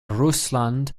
russland